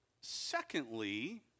secondly